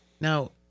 Now –